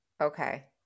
Okay